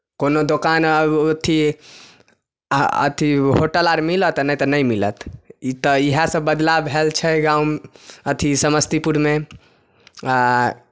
कोनो दोकान अथि अथि होटल अर मिलत नहि तऽ नहि मिलत ई तऽ इएहसभ बदलाव भेल छै गाँव अथि समस्तीपुरमे आ